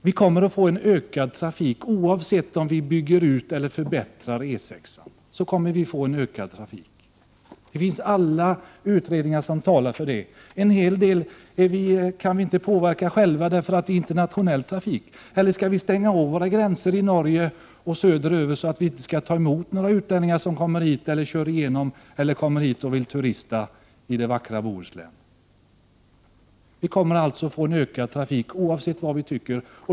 Vi kommer att få en ökad trafik oavsett om vi bygger ut och förbättrar E 6 eller inte. Alla utredningar talar för det. En hel del kan vi inte påverka själva, eftersom det är fråga om internationell trafik. Skall vi stänga av våra gränser mot Norge och söderut, så att vi inte kan ta emot några utlänningar som vill köra genom landet eller komma hit och turista i det vackra Bohuslän? Vi kommer alltså att få en ökad trafik, oavsett vad vi tycker.